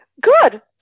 good